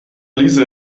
lisa